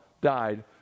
died